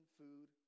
food